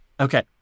Okay